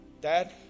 Dad